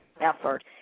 effort